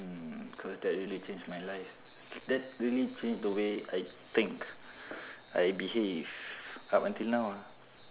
mm cause that really changed my life that really changed the way I think I behave up until now lah